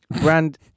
brand